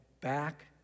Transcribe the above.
back